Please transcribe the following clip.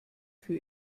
für